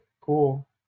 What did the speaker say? cool